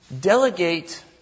delegate